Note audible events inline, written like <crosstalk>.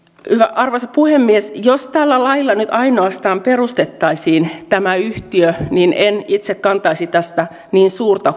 arvoisa puhemies jos tällä lailla nyt ainoastaan perustettaisiin tämä yhtiö niin en itse kantaisi tästä niin suurta <unintelligible>